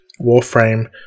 Warframe